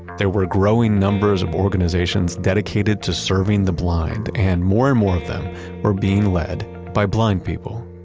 there were growing numbers of organizations dedicated to serving the blind. and more and more of them were being led by blind people.